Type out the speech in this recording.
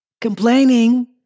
Complaining